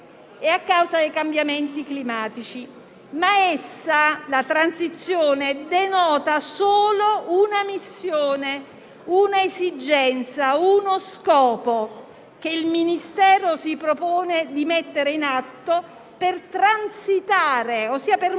e dei cambiamenti climatici. La transizione, tuttavia, denota solo una missione, un'esigenza, uno scopo che il Ministero si propone di mettere in atto per transitare, ossia per